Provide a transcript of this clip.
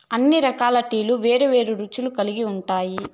అన్ని రకాల టీలు వేరు వేరు రుచులు కల్గి ఉంటాయి